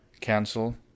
Cancel